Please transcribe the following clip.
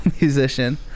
musician